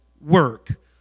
work